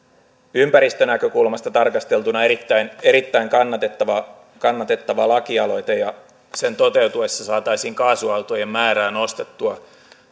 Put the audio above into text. ympäristönäkökulmasta tarkasteltuna erittäin erittäin kannatettava kannatettava lakialoite ja sen toteutuessa saataisiin kaasuautojen määrää nostettua